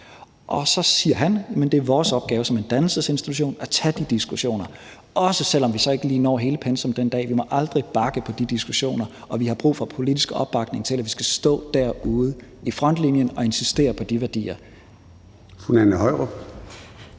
Og så siger han: Men det er vores opgave som en dannelsesinstitution at tage de diskussioner, også selv om vi så ikke lige når hele pensum den dag. Vi må aldrig bakke på de diskussioner, og vi har brug for politisk opbakning til det. Vi skal stå derude i frontlinjen og insistere på de værdier. Kl. 14:35 Formanden